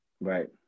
right